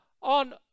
on